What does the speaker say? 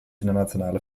internationale